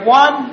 one